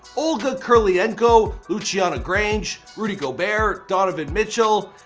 olga kurylenko, lucian grange, rudy gobert, donovan mitchell.